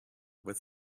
with